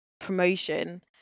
promotion